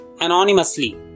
anonymously